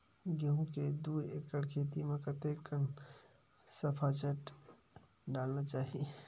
गेहूं के दू एकड़ खेती म कतेकन सफाचट डालना चाहि?